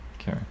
Okay